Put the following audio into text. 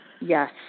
Yes